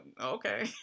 okay